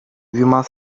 must